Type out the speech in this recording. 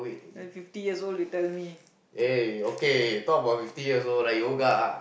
it's fifty so little me